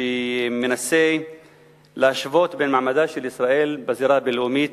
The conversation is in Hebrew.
שמנסה להשוות בין מעמדה של ישראל בזירה הבין-לאומית